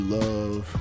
love